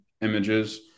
images